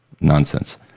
nonsense